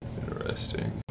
interesting